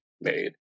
made